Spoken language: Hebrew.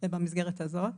במסגרת הזו.